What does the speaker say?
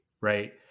right